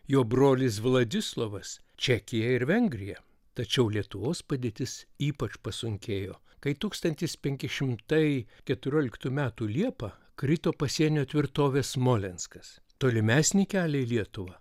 jo brolis vladislovas čekiją ir vengriją tačiau lietuvos padėtis ypač pasunkėjo kai tūkstantis penki šimtai keturioliktų metų liepą krito pasienio tvirtovė smolenskas tolimesnį kelią į lietuva